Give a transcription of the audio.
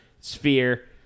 sphere